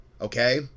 okay